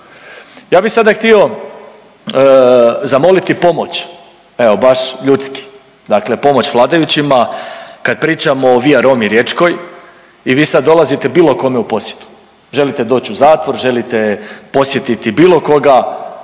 Ja bi sada htio zamoliti pomoć evo baš ljudski, dakle pomoć vladajućima kad pričamo o Via Romi riječkoj i vi sad dolazite bilo kome u posjeti, želite doći u zatvor, želite posjetiti bilo koga